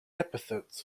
epithets